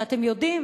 שאתם יודעים